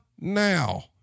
Now